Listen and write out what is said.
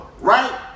right